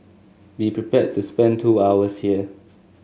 be prepared to spend two hours here